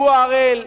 ופועה אראל,